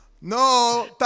no